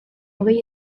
hogei